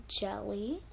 Jelly